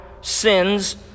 sins